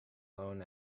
loan